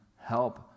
help